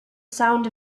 sound